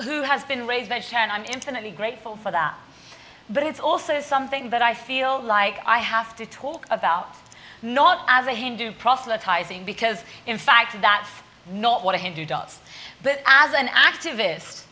who has been raised by sharon i'm intimately grateful for that but it's also something that i feel like i have to talk about not as a hindu proselytizing because in fact that's not what a hindu dot's but as an activist